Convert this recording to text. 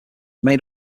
made